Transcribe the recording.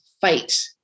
fight